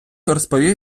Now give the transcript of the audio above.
розповів